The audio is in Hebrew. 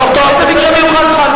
איזה מקרה מיוחד חל